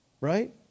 right